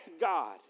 God